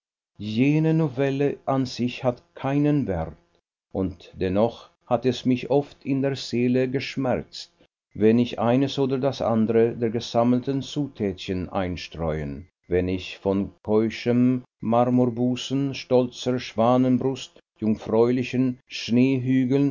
jene novelle an sich hat keinen wert und dennoch hat es mich oft in der seele geschmerzt wenn ich eines oder das andere der gesammelten zutätchen einstreuen wenn ich von keuschem marmorbusen stolzer schwanenbrust jungfräulichen